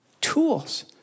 Tools